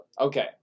Okay